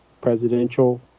presidential